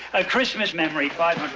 a christmas memory, five